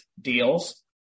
deals